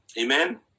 Amen